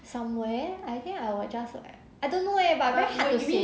somewhere I think I would just like I don't know leh but very hard to say